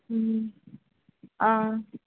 ம் ஆ